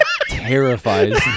terrifies